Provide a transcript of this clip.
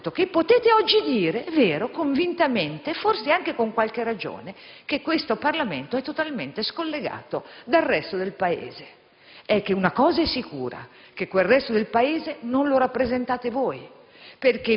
al punto che potete oggi dire (è vero, convintamente, e forse anche con qualche ragione) che questo Parlamento è totalmente scollegato dal resto del Paese. Una cosa è sicura: che quel resto del Paese non lo rappresentate voi,